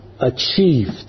achieved